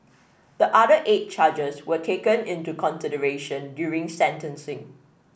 the other eight charges were taken into consideration during sentencing